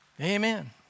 Amen